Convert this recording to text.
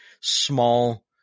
small